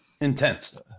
Intense